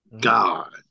God